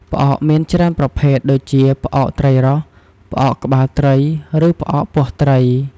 ផ្អកមានច្រើនប្រភេទ ដូចជា ផ្អកត្រីរ៉ស់ ផ្អកក្បាលត្រី ឬផ្អកពោះត្រី។